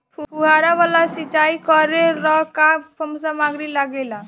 फ़ुहारा वाला सिचाई करे लर का का समाग्री लागे ला?